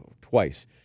twice